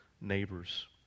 neighbors